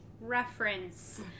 reference